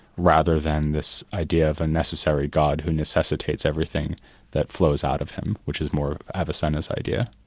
rather than this idea of a necessary god who necessitates everything that flows out of him, which is more avicenna's idea.